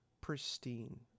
pristine